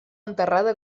enterrada